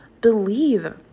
believe